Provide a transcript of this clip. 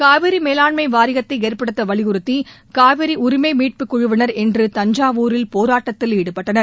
காவிரி மேலாண்மை வாரியத்தை ஏற்படுத்த வலியுறுத்தி காவிரி உரிமை மீட்புக் குழுவினா் இன்று தஞ்சாவூரில் போராட்டத்தில் ஈடுபட்டனர்